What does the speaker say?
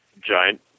giant